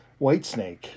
Whitesnake